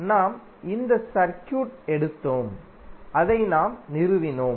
நாம் இந்த சர்க்யூட் எடுத்தோம் அதை நாம் நிறுவினோம்